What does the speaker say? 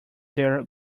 their